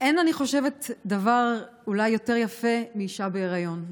אני חושבת שאין דבר יותר יפה מאישה בהיריון.